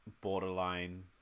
borderline